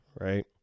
right